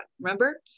remember